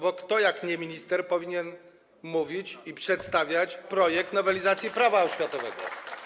Bo kto jak nie minister powinien tu mówić i przedstawiać projekt nowelizacji Prawa oświatowego?